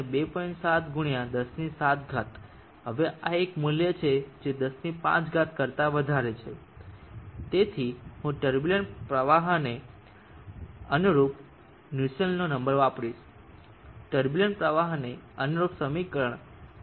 7 ગુણ્યા 107 હવે આ એક મૂલ્ય છે જે 105 કરતા વધારે છે અને તેથી હું ટર્બુલેંટ પ્રવાહને અનુરૂપ નુસેલ્ટનો નંબર વાપરીશ ટર્બુલેંટ પ્રવાહને અનુરૂપ સમીકરણ 0